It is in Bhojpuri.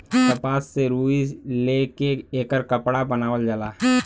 कपास से रुई ले के एकर कपड़ा बनावल जाला